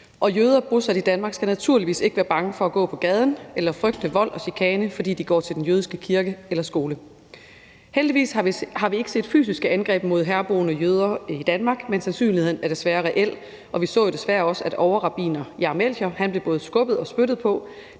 Jøder bosat i Danmark skal naturligvis ikke være bange for at gå på gaden eller frygte vold og chikane, fordi de går til den jødiske kirke eller skole. Heldigvis har vi ikke set fysiske angreb mod herboende jøder i Danmark, men sandsynligheden for det er desværre reel, og vi så desværre også, at overrabbiner Jair Melchior blev både skubbet og spyttet på,